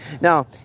Now